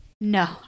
No